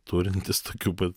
turintys tokių pat